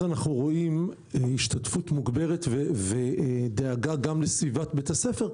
אז אנחנו רואים השתתפות מוגברת ודאגה גם לסביבת בית הספר,